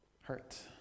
hurt